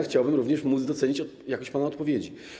Chciałbym również móc docenić jakość pana odpowiedzi.